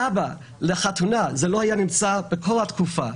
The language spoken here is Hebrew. סבא שמגיע לחתונה, זה לא היה בכל התקופה.